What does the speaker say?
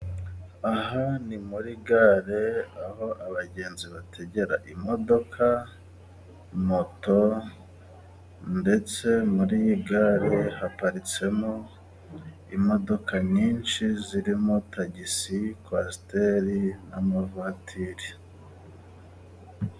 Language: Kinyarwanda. Aha ni muri gare aho abagenzi bategera imodoka, moto, ndetse muri gare haparitsemo imodoka nyinshi zirimo tagisi, kwasiteri n'amavatiri.